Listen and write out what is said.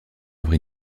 œuvre